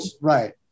right